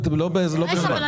לא בזמן.